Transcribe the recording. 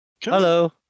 hello